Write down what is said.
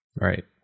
Right